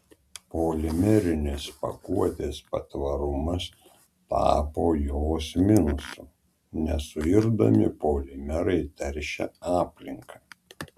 polimerinės pakuotės patvarumas tapo jos minusu nesuirdami polimerai teršia aplinką